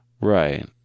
Right